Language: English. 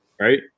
right